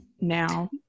now